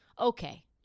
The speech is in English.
Okay